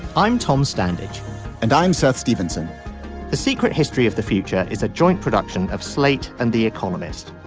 i'm tom standage and i'm seth stevenson the secret history of the future is a joint production of slate and the economist.